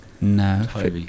No